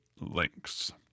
links